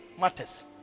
matters